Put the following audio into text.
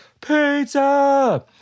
pizza